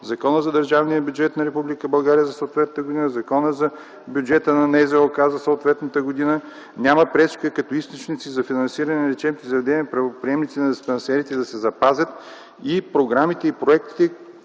Закона за държавния бюджет на Република България за съответната година, Закона за бюджета на НЗОК за съответната година. Няма пречки като източници за финансиране на лечебните заведения правоприемниците на диспансерите да се запазят и програмите и проектите,